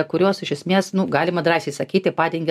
kurios iš esmės nu galima drąsiai sakyti padengia